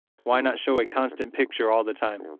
why not show a constant picture all the time?